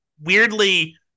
weirdly